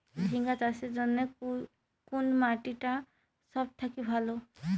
ঝিঙ্গা চাষের জইন্যে কুন মাটি টা সব থাকি ভালো?